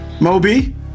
Moby